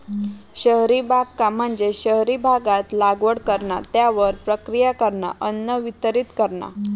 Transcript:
शहरी बागकाम म्हणजे शहरी भागात लागवड करणा, त्यावर प्रक्रिया करणा, अन्न वितरीत करणा